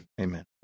Amen